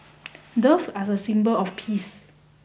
dove are a symbol of peace